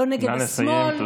נא לסיים.